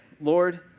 Lord